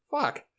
Fuck